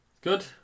Good